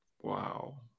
Wow